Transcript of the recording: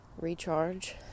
recharge